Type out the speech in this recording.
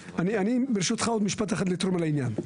אני, ברשותך, עוד משפט אחד לתרום אל העניין.